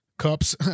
Cups